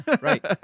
Right